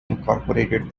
incorporated